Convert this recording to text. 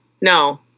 no